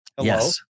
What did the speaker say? yes